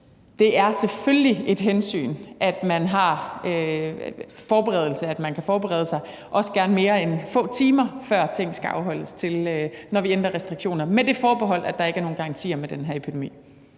at det selvfølgelig er et hensyn, at man kan forberede sig, også gerne mere end få timer før tingene skal afholdes, når vi ændrer restriktioner, med det forbehold, at der ikke er nogen garantier med den her epidemi.